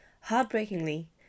Heartbreakingly